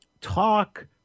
talk